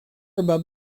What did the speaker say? above